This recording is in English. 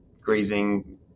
grazing